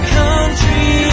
country